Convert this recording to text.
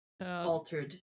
altered